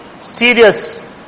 serious